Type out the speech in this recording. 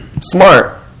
smart